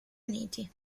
uniti